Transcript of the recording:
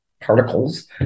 particles